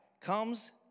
comes